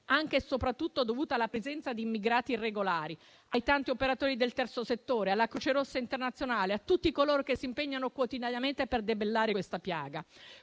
anche e soprattutto dovuta alla presenza di immigrati irregolari, ai tanti operatori del terzo settore, alla Croce Rossa internazionale, a tutti coloro che si impegnano quotidianamente per debellare questa piaga.